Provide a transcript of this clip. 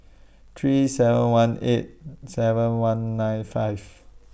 three seven one eight seven one nine five